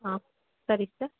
ಹಾಂ ಸರಿ ಸರ್